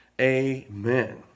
Amen